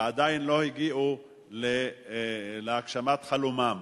ועדיין לא הגיעו להגשמת חלומם